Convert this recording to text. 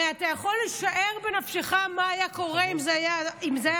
הרי אתה יכול לשער בנפשך מה היה קורה אם זה היה הפוך,